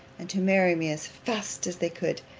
and to marry me as fast as they could,